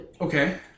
Okay